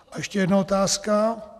A ještě jedna otázka.